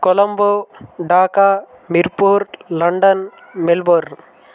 Colombo Dhaka Mirpur London Melbourne